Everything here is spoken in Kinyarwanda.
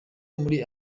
muri